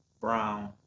Brown